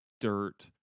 dirt